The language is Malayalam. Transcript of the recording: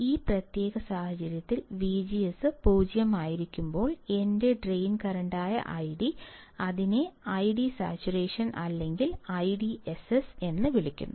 ഈ പ്രത്യേക സാഹചര്യത്തിൽ VGS 0 ആയിരിക്കുമ്പോൾ എന്റെ ഡ്രെയിൻ കറന്റായ ഐഡി അതിനെ ഐഡി സാച്ചുറേഷൻ അല്ലെങ്കിൽ ഐഡിഎസ്എസ് എന്ന് വിളിക്കുന്നു